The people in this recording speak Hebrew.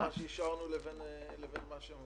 אז אין פער בין מה שאישרנו לבין מה שיבוצע.